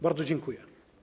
Bardzo dziękuję.